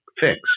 fix